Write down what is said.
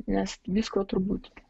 nes visko turbūt